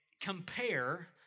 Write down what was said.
Compare